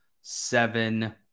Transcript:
seven